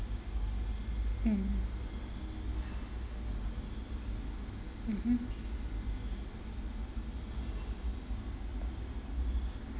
mm mmhmm